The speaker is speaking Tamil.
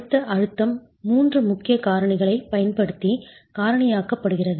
அழுத்த அழுத்தம் மூன்று முக்கிய காரணிகளைப் பயன்படுத்தி காரணியாக்கப்படுகிறது